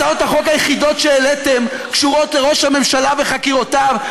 הצעות החוק היחידות שהעליתם קשורות לראש הממשלה וחקירותיו.